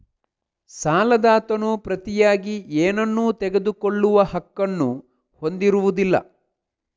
ಸಾಲದಾತನು ಪ್ರತಿಯಾಗಿ ಏನನ್ನೂ ತೆಗೆದುಕೊಳ್ಳುವ ಹಕ್ಕನ್ನು ಹೊಂದಿರುವುದಿಲ್ಲ